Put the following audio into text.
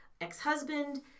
ex-husband